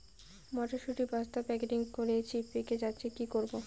মটর শুটি বস্তা প্যাকেটিং করেছি পেকে যাচ্ছে কি করব?